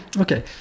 Okay